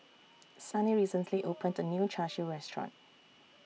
Sunny recently opened A New Char Siu Restaurant